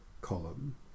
column